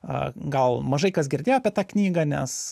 a gal mažai kas girdėjo apie tą knygą nes